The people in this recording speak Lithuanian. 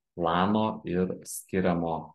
plano ir skiriamo